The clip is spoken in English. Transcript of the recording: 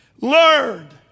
learned